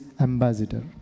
ambassador